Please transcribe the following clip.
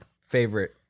favorite